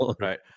right